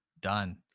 Done